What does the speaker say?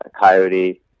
coyote